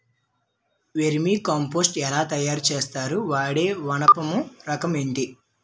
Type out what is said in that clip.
Vermi compost ఎలా తయారు చేస్తారు? వాడే వానపము రకం ఏంటి?